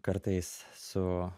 kartais su